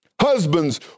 Husbands